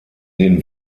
den